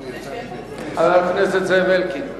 חבר הכנסת זאב אלקין.